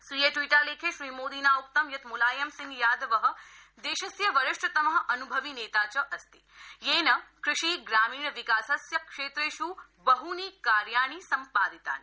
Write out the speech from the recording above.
स्वीय ट्वीटालेखे श्री मोदिना उक्त यत् मुलायम सिंह यादव देशस्य वरिष्ठतम अनुभवी नेता च अस्ति येन कृषि ग्रामीण विकासस्य क्षेत्रेष् बहनि कार्याणि सम्पादितानि